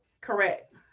Correct